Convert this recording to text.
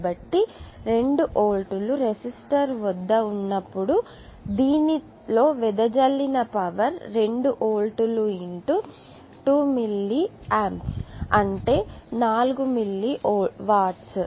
కాబట్టి 2 వోల్ట్లు రెసిస్టర్కు వద్ద ఉన్నప్పుడు దీనిలో వెదజల్లిన పవర్ 2 వోల్ట్లు × 2 మిల్లీ ఆంప్స్ అంటే 4 మిల్లీ వాట్స్